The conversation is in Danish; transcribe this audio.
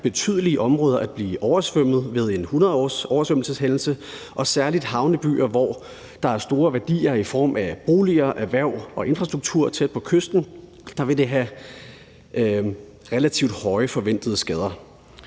betydelige områder at blive oversvømmet ved en 100-årsoversvømmelseshændelse, og særlig i havnebyer, hvor der er store værdier i form af boliger, erhverv og infrastruktur tæt på kysten, vil det forventeligt have relativt store skader.